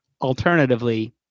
alternatively